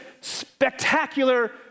spectacular